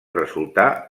resultar